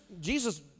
jesus